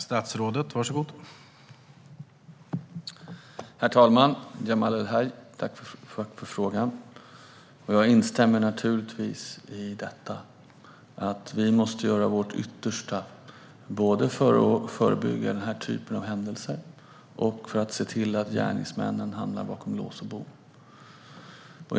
Herr talman! Jag tackar Jamal El-Haj för frågan. Jag instämmer naturligtvis i detta. Vi måste göra vårt yttersta för att både förebygga den här typen av händelser och se till att gärningsmännen hamnar bakom lås och bom.